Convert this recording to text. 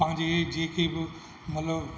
पंहिंजे जेके बि मतिलबु